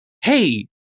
hey